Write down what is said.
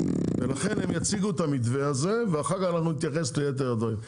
לכן הם יציגו את המתווה הזה ואחר כך אנחנו נתייחס ליתר הדברים.